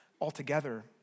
altogether